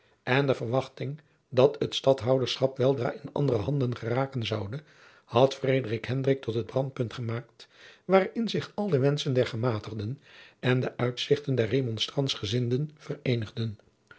en de verwachting dat het stadhouderschap weldra in andere handen geraken zoude had frederik hendrik tot het brandpunt gemaakt waarin zich al de wenschen der gematigden en de uitzichten der remonstrantsgezinden vereenigden